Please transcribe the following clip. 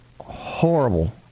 horrible